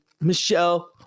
Michelle